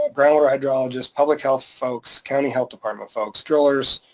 groundwater hydrologists, public health folks, county health department folks, drillers,